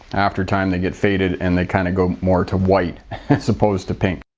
after time they get faded and they kind of go more to white as opposed to pink.